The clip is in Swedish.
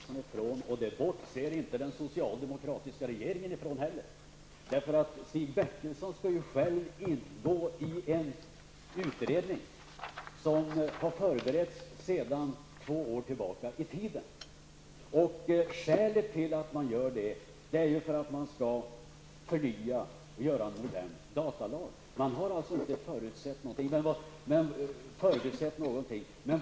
Fru talman! Det bortser inte Kurt Ove Johansson ifrån och det bortser inte den socialdemokratiska regerinen ifrån heller. Stig Bertilsson skall själv ingå i en utredning som har förberetts i två år. Skälet till denna utredning är att man skall förnya och göra en ordentlig datalag. Man har alltså inte förbisett någonting.